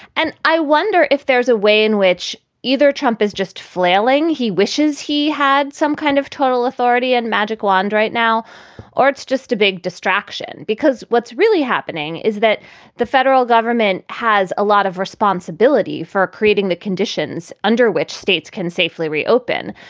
and i wonder if there's a way in which either trump is just flailing. he wishes he had some kind of total authority and magic wand right now or it's just a big distraction, because what's really happening is that the federal government has a lot of responsibility for creating the conditions under which states can safely reopen.